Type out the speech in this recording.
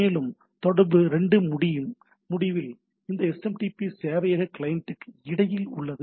மேலும் தொடர்பு 2 முடிவில் இந்த எஸ்எம்டிபி சேவையக கிளையண்டுக்கு இடையில் உள்ளது